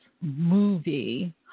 movie